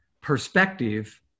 perspective